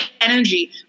energy